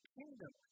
kingdom